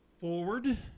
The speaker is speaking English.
Forward